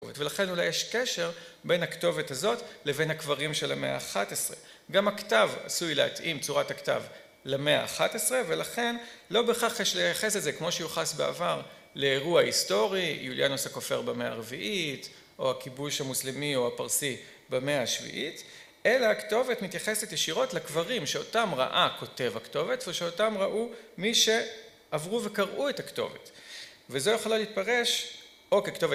ולכן אולי יש קשר בין הכתובת הזאת לבין הקברים של המאה ה-11. גם הכתב עשוי להתאים, צורת הכתב למאה ה-11, ולכן לא בהכרח יש לייחס לזה, כמו שיוחס בעבר, לאירוע היסטורי, יוליאנוס הכופר במאה הרביעית, או הכיבוש המוסלמי או הפרסי במאה השביעית, אלא הכתובת מתייחסת ישירות לקברים שאותם ראה כותב הכתובת, ושאותם ראו מי שעברו וקראו את הכתובת. וזה יכול היה להתפרש, או ככתובת